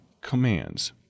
commands